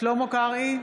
שלמה קרעי,